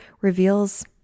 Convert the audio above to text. reveals